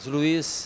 Luiz